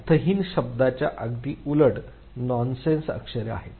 अर्थहीन शब्दाच्या अगदी उलट नॉनसेन्स अक्षरे आहेत